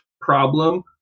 problem